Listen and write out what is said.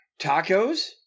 tacos